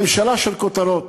ממשלה של כותרות.